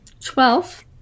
Twelve